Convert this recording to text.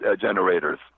generators